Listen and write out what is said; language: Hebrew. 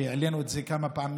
והעלינו את זה כמה פעמים,